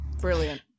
Brilliant